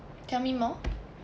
tell me more